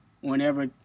whenever